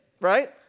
right